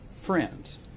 friends